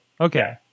Okay